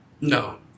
No